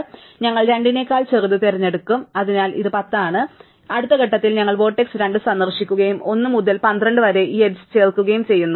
അതിനാൽ ഞങ്ങൾ 2 നേക്കാൾ ചെറുത് തിരഞ്ഞെടുക്കും അതിനാൽ ഇത് 10 ആണ് അതിനാൽ അടുത്ത ഘട്ടത്തിൽ ഞങ്ങൾ വെർട്ടെക്സ് 2 സന്ദർശിക്കുകയും 1 മുതൽ 12 വരെ ഈ എഡ്ജ് ചേർക്കുകയും ചെയ്യുന്നു